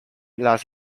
last